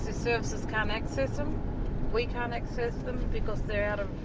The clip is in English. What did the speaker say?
services can't access them. we can't access them because they're out